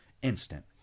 Instant